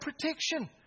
protection